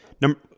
number